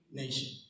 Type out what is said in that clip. nation